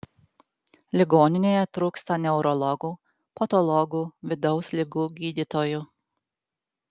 ligoninėje trūksta neurologų patologų vidaus ligų gydytojų